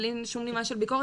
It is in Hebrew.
בלי שום נימה של ביקורת,